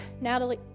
Natalie